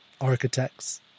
architects